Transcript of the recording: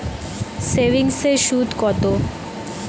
সেভিংসে সুদ কত?